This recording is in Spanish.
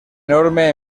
enorme